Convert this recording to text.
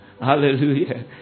Hallelujah